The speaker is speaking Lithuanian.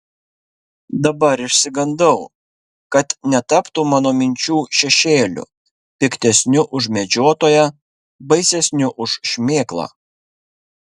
dabar išsigandau kad netaptų mano minčių šešėliu piktesniu už medžiotoją baisesniu už šmėklą